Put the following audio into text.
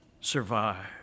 survive